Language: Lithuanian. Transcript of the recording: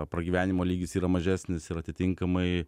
pragyvenimo lygis yra mažesnis ir atitinkamai